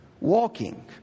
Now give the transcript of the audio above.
walking